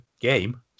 game